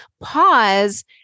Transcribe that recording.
pause